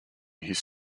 his